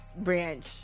branch